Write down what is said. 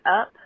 up